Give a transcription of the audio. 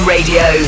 Radio